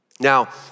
Now